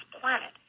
planet